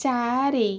ଚାରି